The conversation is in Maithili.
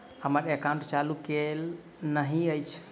हम्मर एकाउंट चालू केल नहि अछि?